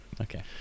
Okay